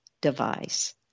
device